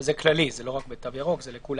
שזה כללי, זה לא רק בתו ירוק, זה לכולם.